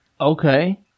Okay